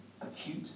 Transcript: acute